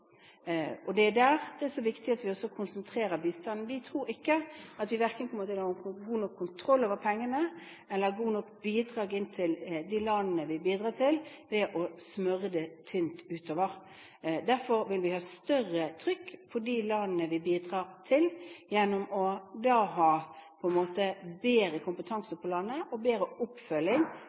Det er da det er så viktig at vi også konsentrerer bistanden. Vi tror ikke at vi verken kommer til å ha god nok kontroll over pengene eller gode nok bidrag inn til de landene vi bidrar til, ved å smøre det tynt utover. Derfor vil vi ha større trykk på de landene vi bidrar til, gjennom å ha bedre kompetanse på landene og bedre oppfølging